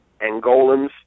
Angolans